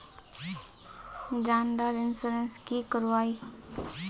जान डार इंश्योरेंस की करवा ई?